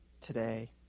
today